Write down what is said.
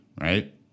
right